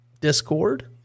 Discord